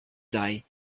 die